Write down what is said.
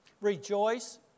Rejoice